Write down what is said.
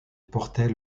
portait